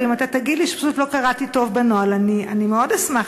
אבל אם אתה תגיד לי שפשוט לא קראתי טוב בנוהל אני מאוד אשמח,